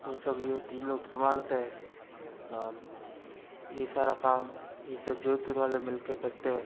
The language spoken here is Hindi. वो सब ये इन लोग संभालते हैं और ये सारा काम ये सब जोधपुर वाले मिलके करते हैं